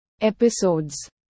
episodes